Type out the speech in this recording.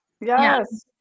yes